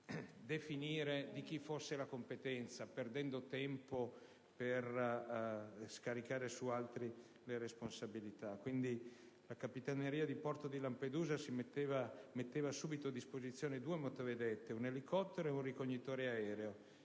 definire di chi fosse la competenza, perdendo tempo per scaricare su altri le responsabilità. Quindi, la Capitaneria di porto di Lampedusa metteva subito a disposizione due motovedette, un elicottero e un ricognitore aereo,